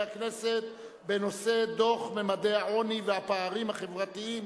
הכנסת בנושא: דוח ממדי העוני והפערים החברתיים